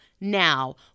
now